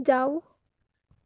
जाऊ